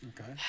Okay